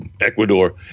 Ecuador